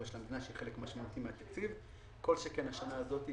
כל שכן השנה הזאת,